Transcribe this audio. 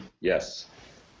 yes